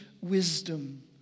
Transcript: wisdom